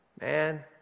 Man